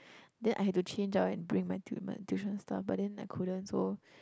then I had to change out and bring my tui~ my tuition stuff but then I couldn't so